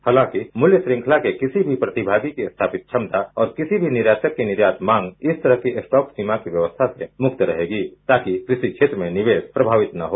हालांकि मूल्य श्रृंखला के किसी भी प्रतिभागी की स्थापित क्षमता और किसी भी निर्यातक की निर्यात मांग इस तरह की स्टॉक सीमा की व्यवस्था से मुक्त रहेगी ताकि कृषि क्षेत्र में निवेश प्रभावित न हो